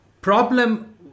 problem